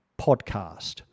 podcast